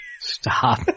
Stop